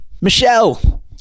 Michelle